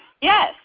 Yes